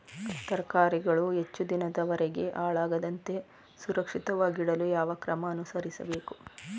ತರಕಾರಿಗಳು ಹೆಚ್ಚು ದಿನದವರೆಗೆ ಹಾಳಾಗದಂತೆ ಸುರಕ್ಷಿತವಾಗಿಡಲು ಯಾವ ಕ್ರಮ ಅನುಸರಿಸಬೇಕು?